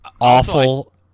Awful